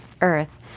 earth